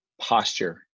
posture